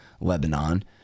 Lebanon